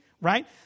right